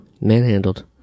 manhandled